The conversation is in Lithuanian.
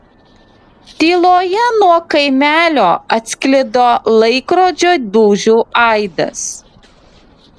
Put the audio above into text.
tyloje nuo kaimelio atsklido laikrodžio dūžių aidas